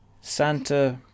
santa